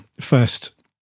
first